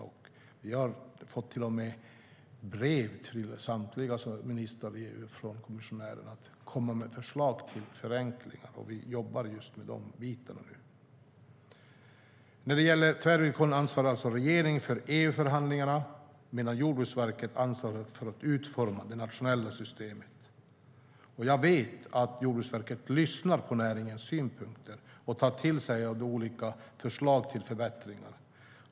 Alla ministrar i EU har till och med fått brev från kommissionären om att komma med förslag till förenklingar, och vi jobbar just nu med detta. När det gäller tvärvillkoren ansvarar alltså regeringen för EU-förhandlingarna, medan Jordbruksverket ansvarar för att utforma det nationella systemet. Jag vet att Jordbruksverket lyssnar på näringens synpunkter och tar till sig av de olika förslagen till förbättringar.